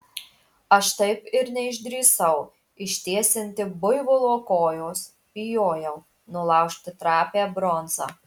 aš taip ir neišdrįsau ištiesinti buivolo kojos bijojau nulaužti trapią bronzą